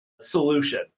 solution